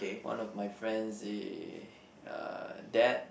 one of my friends he uh dad